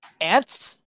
Ants